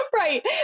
Right